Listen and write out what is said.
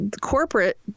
corporate